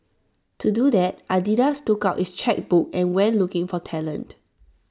to do that Adidas took out its chequebook and went looking for talent